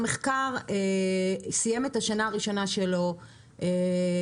המחקר סיים את השנה הראשונה שלו ובפברואר